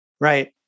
Right